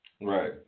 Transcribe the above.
Right